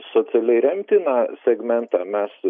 socialiai remtiną segmentą mes